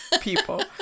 people